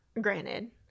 granted